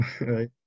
Right